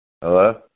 Hello